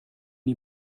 die